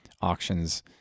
auctions